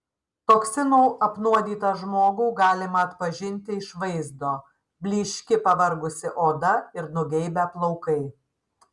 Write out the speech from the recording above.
toksinų apnuodytą žmogų galima atpažinti iš vaizdo blyški pavargusi oda ir nugeibę plaukai